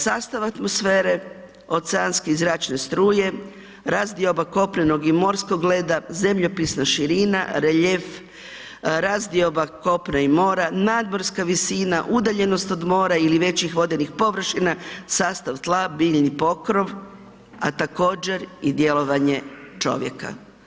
Sastav atmosfere, oceanske i zračne struje, razdioba kopnenog i morskog leda, zemljopisna širina, reljef, razdioba kopna i mora, nadmorska visina, udaljenost od mora ili većih vodenih površina, sastav tla, biljni pokrov, a također, i djelovanje čovjeka.